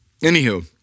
anywho